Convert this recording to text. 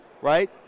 Right